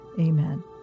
Amen